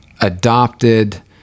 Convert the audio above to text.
adopted